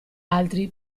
altri